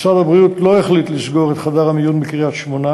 משרד הבריאות לא החליט לסגור את חדר המיון בקריית-שמונה,